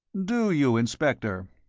do you, inspector?